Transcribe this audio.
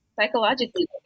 psychologically